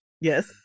Yes